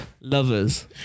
Lovers